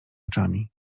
oczami